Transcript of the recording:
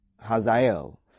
Hazael